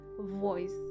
voice